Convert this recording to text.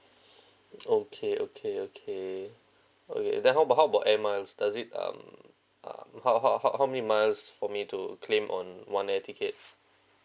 okay okay okay okay then how about how about airmiles does it um um how how how many miles for me to claim on one air ticket